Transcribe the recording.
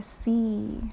see